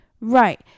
Right